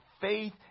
faith